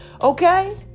Okay